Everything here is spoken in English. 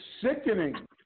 sickening